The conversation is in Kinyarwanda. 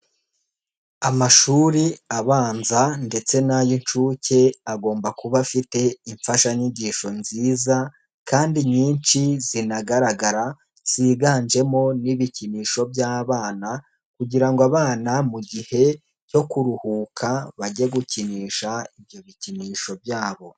Amashuri abanza ndetse n'ay'inshuke agomba kuba afite imfashanyigisho nziza kandi nyinshi zinagaragara, ziganjemo n'ibikinisho by'abana kugira ngo abana mu gihe cyo kuruhuka bajye gukinisha ibyo bikinisho byabo.